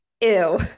ew